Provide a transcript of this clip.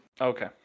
Okay